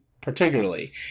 particularly